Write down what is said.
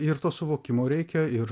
ir to suvokimo reikia ir